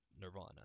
Nirvana